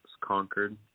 conquered